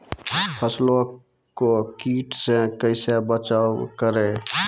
फसलों को कीट से कैसे बचाव करें?